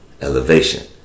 elevation